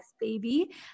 Baby